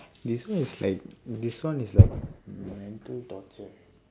this one is like this one is like mental torture